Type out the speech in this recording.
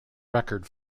record